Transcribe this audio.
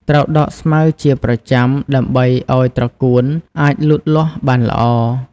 ត្រូវដកស្មៅជាប្រចាំដើម្បីឲ្យត្រកួនអាចលូតលាស់បានល្អ។